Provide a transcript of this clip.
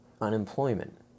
unemployment